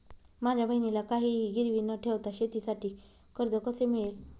माझ्या बहिणीला काहिही गिरवी न ठेवता शेतीसाठी कर्ज कसे मिळेल?